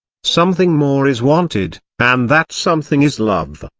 something more is wanted, and that something is love.